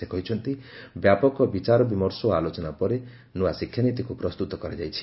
ସେ କହିଚ୍ଚନ୍ତି ବ୍ୟାପକ ବିଚାରବିମର୍ଶ ଓ ଆଲୋଚନା ପରେ ନୂଆ ଶିକ୍ଷାନୀତିକୁ ପ୍ରସ୍ତୁତ କରାଯାଇଛି